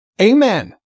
Amen